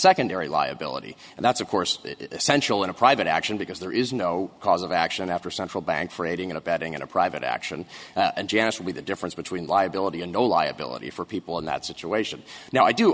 secondary liability and that's of course essential in a private action because there is no cause of action after central bank for aiding and abetting in a private action and generally the difference between liability and no liability for people in that situation now i do